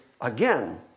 again